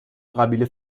قبیله